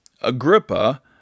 Agrippa